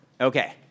okay